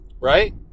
right